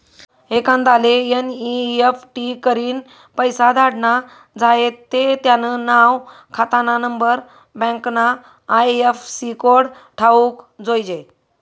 एखांदाले एन.ई.एफ.टी करीन पैसा धाडना झायेत ते त्यानं नाव, खातानानंबर, बँकना आय.एफ.सी कोड ठावूक जोयजे